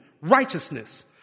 righteousness